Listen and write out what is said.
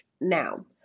Now